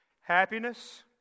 Happiness